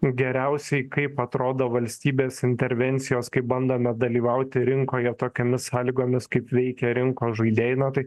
geriausiai kaip atrodo valstybės intervencijos kai bandome dalyvauti rinkoje tokiomis sąlygomis kaip veikia rinkos žaidėjai na tai